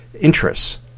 interests